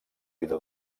vida